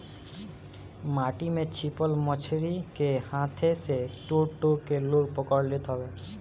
माटी में छिपल मछरी के हाथे से टो टो के लोग पकड़ लेत हवे